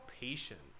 patient